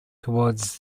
towards